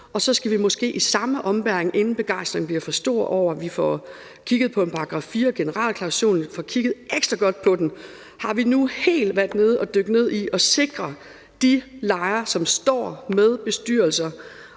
på. Så skal vi måske i samme ombæring, inden begejstringen bliver for stor over, at vi får kigget på § 4, generalklausulen, få kigget ekstra godt på den og på, om vi nu har dykket helt ned i den og sikret de lejere, som står med bestyrelser